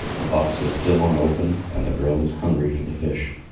the box was still unopened, and the girl was hungry for the fish.